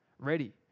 ready